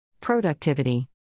productivity